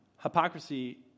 Hypocrisy